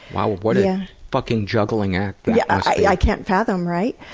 wow, what a yeah fucking juggling act. yeah, i can't fathom, right?